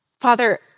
Father